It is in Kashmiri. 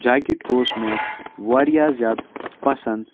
جاکٮ۪ٹ اوس مےٚ واریاہ زیادٕ پَسنٛد